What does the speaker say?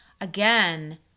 Again